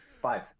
Five